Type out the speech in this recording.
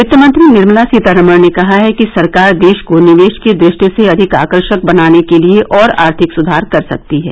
वित्तमंत्री निर्मला सीतारामन ने कहा है कि सरकार देश को निवेश की दृष्टि से अधिक आकर्षक बनाने के लिए और आर्थिक सुधार कर सकती है